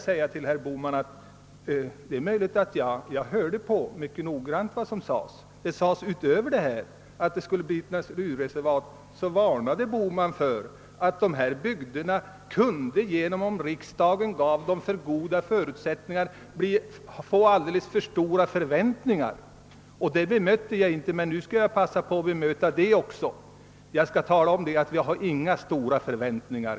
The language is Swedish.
Sedan lyssnade jag mycket noga på vad herr Bohman anförde och noterade att utöver vad herr Bohman sade om naturreservatet varnade han för att des sa bygder, om riksdagen gav dem för goda förutsättningar, kunde få alldeles för stora förväntningar. Den saken bemötte jag inte i mitt tidigare anförande, men nu skall jag passa på att bemöta det påståendet också. Och då vill jag säga att vi inte har några stora förväntningar.